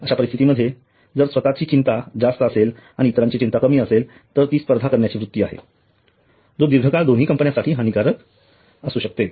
अश्या परिस्थितीमध्ये जर स्वतची चिंता जास्त असेल आणि इतरांची चिंता कमी असेल तर ती स्पर्धा करण्याची वृत्ती आहे जी दीर्घकाळात दोन्ही कंपन्यांसाठी हानिकारक असू शकते